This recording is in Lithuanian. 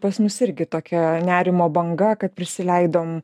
pas mus irgi tokia nerimo banga kad prisileidom